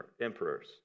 emperors